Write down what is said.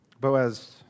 Boaz